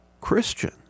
Christian